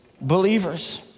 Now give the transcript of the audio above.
believers